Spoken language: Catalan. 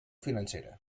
financera